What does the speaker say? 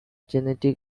genetic